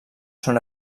són